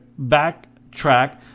backtrack